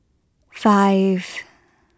five